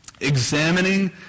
Examining